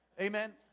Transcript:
Amen